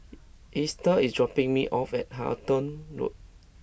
Estel is dropping me off at Halton Road